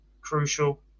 crucial